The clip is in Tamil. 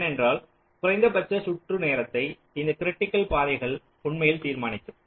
ஏனென்றால் குறைந்தபட்ச சுற்று நேரத்தை இந்த கிரிட்டிக்கல் பாதைகள் உண்மையில் தீர்மானிக்கும்